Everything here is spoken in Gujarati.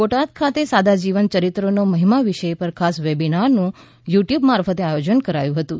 બોટાદ ખાતે સાદા જીવન ચરિત્રનો મહિમા વિષય પર ખાસ વેબિનારનું યુ ટ્યૂબ મારફતે આયોજન કરાયું હતું